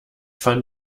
fand